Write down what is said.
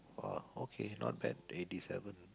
oh okay not bad eighty seven